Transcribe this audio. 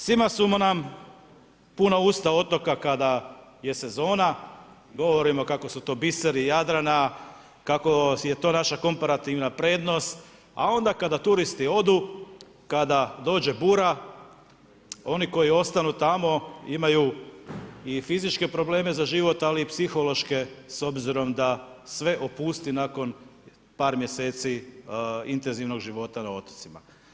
Svima su nam puna usta otoka kada je sezona, govorimo kako su to biseri Jadrana, kako je to naša komparativna prednost, a onda kada turisti odu, kada dođe bura, oni koji ostanu tamo imaju i fizičke probleme za život, ali i psihološke s obzirom da sve opusti nakon par mjeseci intenzivnog života na otocima.